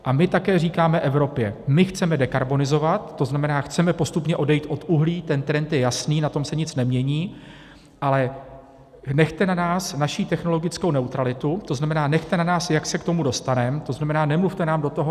A my také říkáme Evropě: my chceme dekarbonizovat, to znamená, chceme postupně odejít od uhlí, ten trend je jasný, na tom se nic nemění, ale nechte na nás naši technologickou neutralitu, to znamená, nechte na nás, jak se k tomu dostaneme, to znamená, nemluvte nám do toho.